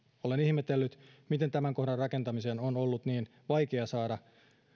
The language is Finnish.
olen ihmetellyt miten tämän kohdan rakentamiseen on ollut niin vaikea saada